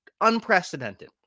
unprecedented